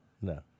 No